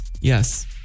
Yes